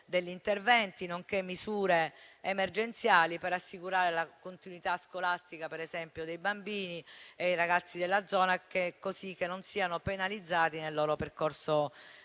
degli interventi, nonché misure emergenziali per assicurare la continuità scolastica, per esempio dei bambini e i ragazzi della zona, così che non siano penalizzati nel loro percorso di studi.